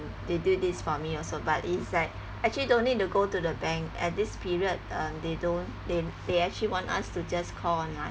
they do this for me also but it's like actually don't need to go to the bank at this period uh they don't they they actually want us to just call online